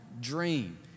dream